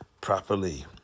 properly